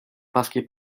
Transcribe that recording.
paski